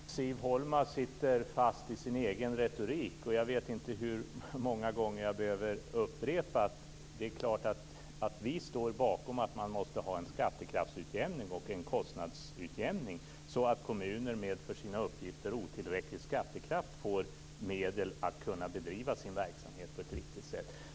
Fru talman! Siv Holma sitter fast i sin egen retorik. Jag vet inte hur många gånger jag behöver upprepa att vi naturligtvis står bakom att man måste ha en skattekraftsutjämning och en kostnadsutjämning så att kommuner med en för sina uppgifter otillräcklig skattekraft får medel att kunna bedriva sin verksamhet på ett riktigt sätt.